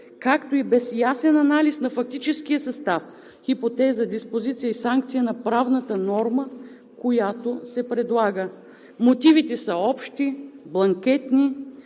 както и без ясен анализ на фактическия състав – хипотеза, диспозиция и санкция на правната норма, която се предлага. Мотивите са общи, бланкетни,